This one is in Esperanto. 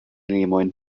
limojn